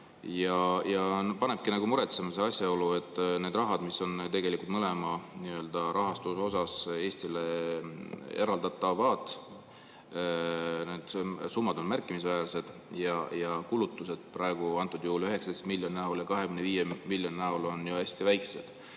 Panebki muretsema see asjaolu, et see raha, mis on tegelikult mõlemast rahastusest Eestile eraldatav, need summad on märkimisväärsed, aga kulutused praegusel juhul 19 miljoni ja 25 miljoni näol on hästi väikesed.